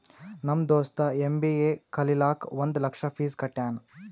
ನಮ್ ದೋಸ್ತ ಎಮ್.ಬಿ.ಎ ಕಲಿಲಾಕ್ ಒಂದ್ ಲಕ್ಷ ಫೀಸ್ ಕಟ್ಯಾನ್